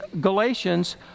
Galatians